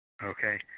Okay